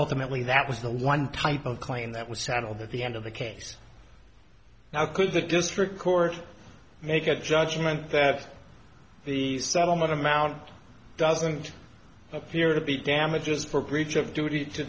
ultimately that was the one type of claim that was settled at the end of the case now could the district court make a judgment that the settlement amount doesn't appear to be damages for breach of duty to